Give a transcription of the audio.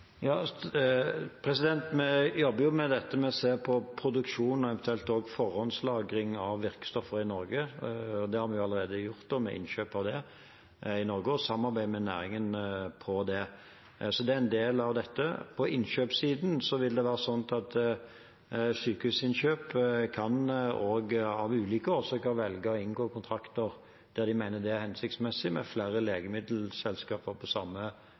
Vi jobber jo med å se på produksjon og eventuelt også forhåndslagring av virkestoffer i Norge. Det har vi allerede gjort, med innkjøp av det, og samarbeider med næringen om det, så det er en del av dette. På innkjøpssiden vil det være slik at Sykehusinnkjøp av ulike årsaker kan velge å inngå kontrakter der de mener det er hensiktsmessig, med flere legemiddelselskaper på samme